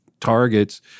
targets